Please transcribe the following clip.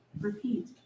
repeat